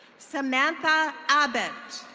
samantha abbott.